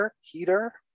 Heater